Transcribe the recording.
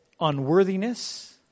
unworthiness